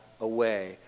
away